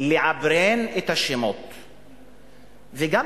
לעברת את השמות - וגם,